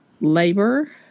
labor